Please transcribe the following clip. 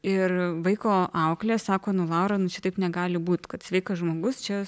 ir vaiko auklė sako nu laura nu šitaip negali būt kad sveikas žmogus čia